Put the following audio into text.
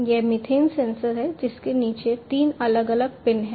यह methane sensor है जिसके नीचे तीन अलग अलग पिन हैं